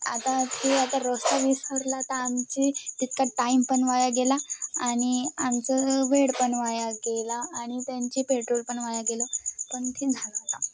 आता ती आता रस्ता विसरला तर आमची तितका टाईम पण वाया गेला आणि आमचं वेळ पण वाया गेला आणि त्यांचे पेट्रोल पण वाया गेलं पण ते झालं आता